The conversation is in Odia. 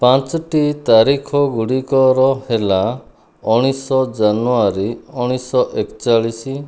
ପାଞ୍ଚଟି ତାରିଖଗୁଡ଼ିକର ହେଲା ଉଣେଇଶ ଜାନୁୟାରୀ ଉଣେଇଶ ଏକଚାଳିଶ